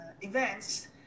events